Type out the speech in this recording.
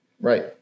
Right